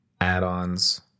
Add-ons